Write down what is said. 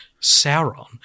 Sauron